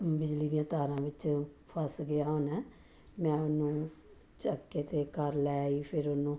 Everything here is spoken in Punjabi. ਬਿਜਲੀ ਦੀਆਂ ਤਾਰਾਂ ਵਿੱਚ ਫਸ ਗਿਆ ਹੋਣਾ ਮੈਂ ਉਹਨੂੰ ਚੱਕ ਕੇ ਤੇ ਘਰ ਲੈ ਆਈ ਫਿਰ ਉਹਨੂੰ